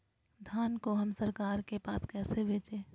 धान को हम सरकार के पास कैसे बेंचे?